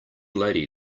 lady